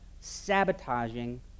sabotaging